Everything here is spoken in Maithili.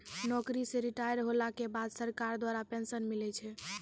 नौकरी से रिटायर होला के बाद सरकार द्वारा पेंशन मिलै छै